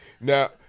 Now